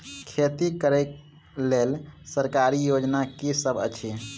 खेती करै लेल सरकारी योजना की सब अछि?